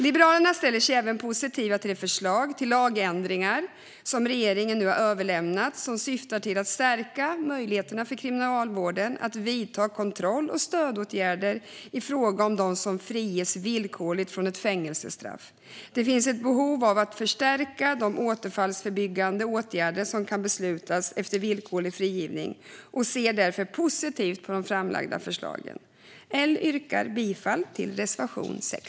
Liberalerna ställer sig även positiva till de förslag till lagändringar regeringen nu överlämnat som syftar till att stärka möjligheterna för Kriminalvården att vidta kontroll och stödåtgärder i fråga om dem som friges villkorligt från ett fängelsestraff. Det finns ett behov av att förstärka de återfallsförebyggande åtgärder som kan beslutas efter villkorlig frigivning. Vi ser därför positivt på de framlagda förslagen. Jag yrkar bifall till L:s reservation 6.